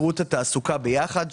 התעסוקה יחד.